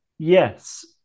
Yes